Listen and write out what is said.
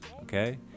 okay